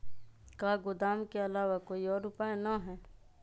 का गोदाम के आलावा कोई और उपाय न ह?